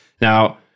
now